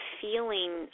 feeling